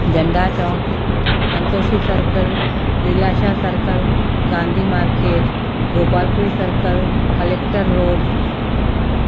Jhanda Chowk Santoshi circle Leelashah circle Gandhi market Gopal Puri circle collector road